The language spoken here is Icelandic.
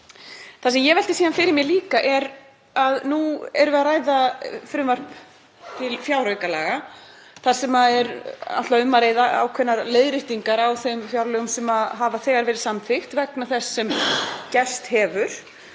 Það sem ég velti síðan fyrir mér er að nú erum við að ræða frumvarp til fjáraukalaga þar sem um er að ræða ákveðnar leiðréttingar á þeim fjárlögum sem þegar hafa verið samþykkt vegna þess sem gerst hefur.